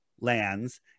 lands